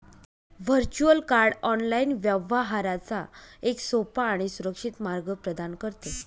virtual card online व्यवहारांचा एक सोपा आणि सुरक्षित मार्ग प्रदान करते